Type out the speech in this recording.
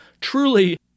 truly